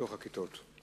בתוך כיתות.